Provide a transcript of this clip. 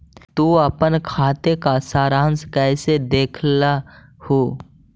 तु अपन खाते का सारांश कैइसे देखअ हू